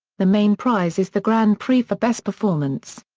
the main prize is the grand prix for best performance.